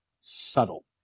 subtle